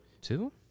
Two